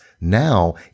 Now